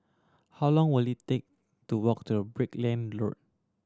how long will it take to walk to Brickland Road